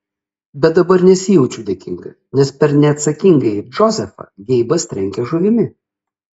bet dabar nesijaučiu dėkinga nes per neatsakingąjį džozefą geibas trenkia žuvimi